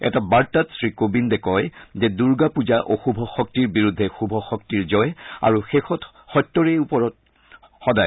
এটা বাৰ্তাত শ্ৰীকোবিন্দে কয় যে দূৰ্গা পূজা অশুভ শক্তিৰ বিৰুদ্ধে শুভ শক্তিৰ জয় আৰু শেষত সত্যৰেই জয়ৰ ওপৰত বিখাস